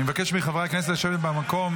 אני מבקש מחברי הכנסת לשבת במקום.